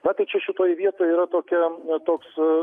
na tai čia šitoj vietoj yra tokia toks